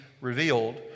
revealed